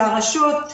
לרשות,